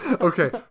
Okay